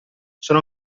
sono